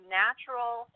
natural